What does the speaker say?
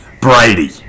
Brady